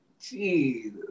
Jesus